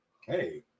hey